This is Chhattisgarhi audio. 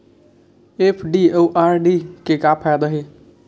एफ.डी अउ आर.डी के का फायदा हे?